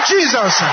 Jesus